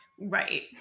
right